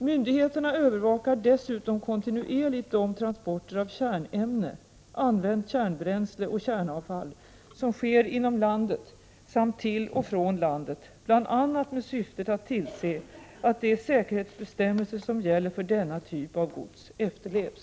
Myndigheterna övervakar dessutom kontinuerligt de transporter av kärnämne, använt kärnbränsle och kärnavfall som sker inom landet samt till och från landet bl.a. med syftet att tillse att de säkerhetsbestämmelser som gäller för denna typ av gods efterlevs.